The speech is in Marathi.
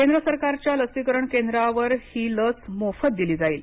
केंद्र सरकारच्या लसीकरण केंद्रांवर ही लस मोफत दिली जाईल